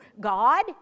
God